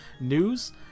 news